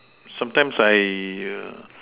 sometimes I err